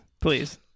please